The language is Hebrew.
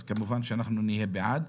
אז כמובן שאנחנו נהיה בעד,